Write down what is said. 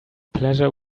pleasure